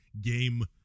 game